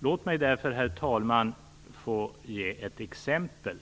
Låt mig därför, herr talman, få ge ett exempel.